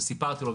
וסיפרתי לו,